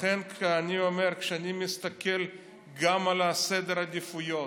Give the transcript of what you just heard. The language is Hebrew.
לכן, אני אומר כשאני מסתכל גם על סדר העדיפויות,